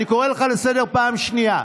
אני קורא אותך לסדר פעם שנייה.